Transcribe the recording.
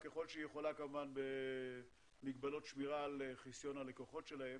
ככל שהיא יכולה במגבלות שמירה על חיסיון הלקוחות שלהם,